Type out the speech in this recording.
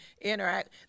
interact